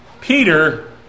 Peter